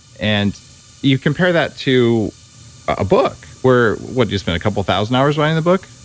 and you compare that to a book where what, you spend a couple thousand hours writing the book?